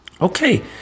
Okay